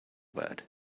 word